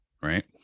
right